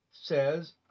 says